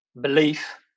belief